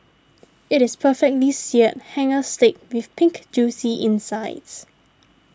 it is perfectly Seared Hanger Steak with Pink Juicy insides